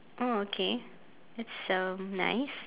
oh okay that's um nice